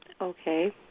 Okay